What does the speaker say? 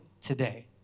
today